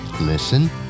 listen